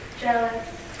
Jealous